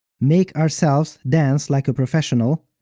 make ourselves dance like a professional,